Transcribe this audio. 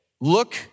look